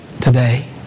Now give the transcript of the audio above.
today